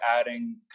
adding